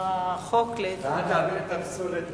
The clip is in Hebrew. הצעת החוק לוועדה, בעד להעביר את הפסולת